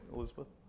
Elizabeth